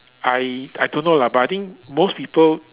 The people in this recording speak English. I I don't know lah but I think most people